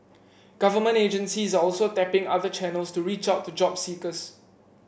government agencies are also tapping other channels to reach out to job seekers